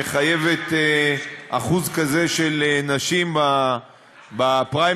שמחייבת אחוז כזה של נשים בפריימריז.